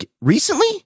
recently